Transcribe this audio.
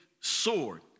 sword